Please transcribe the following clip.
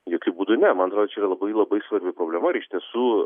jokiu būdu ne man atrodo čia yra labai labai svarbi problema ir iš tiesų